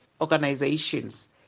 organizations